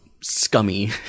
scummy